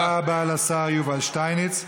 תודה רבה לשר יובל שטייניץ.